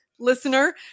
Listener